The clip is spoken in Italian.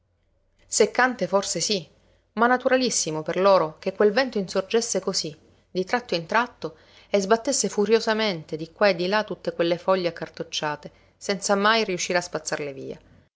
seccante forse sí ma naturalissimo per loro che quel vento insorgesse cosí di tratto in tratto e sbattesse furiosamente di qua e di là tutte quelle foglie accartocciate senza mai riuscire a spazzarle via